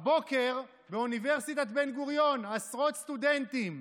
הבוקר, באוניברסיטת בן-גוריון, עשרות סטודנטים,